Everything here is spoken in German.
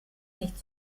nicht